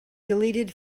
deleted